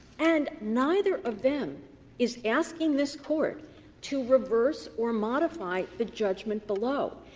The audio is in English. and neither of them is asking this court to reverse or modify the judgment below.